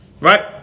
right